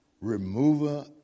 remover